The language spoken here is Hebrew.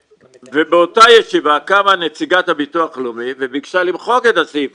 באותה ישיבה קמה נציגת הביטוח הלאומי וביקשה למחוק את הסעיף